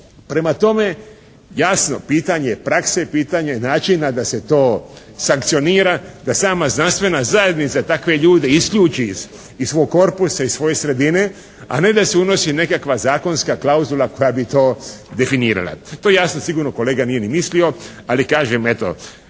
Prema tome, jasno pitanje prakse, pitanje načina da se to sankcionira, da sama znanstvena zajednica takve ljude isključi iz svog korpusa, iz svoje sredine a ne da se unosi nekakva zakonska klauzula koja bi to definirala. To jasno sigurno kolega nije ni mislio. Ali kažem, eto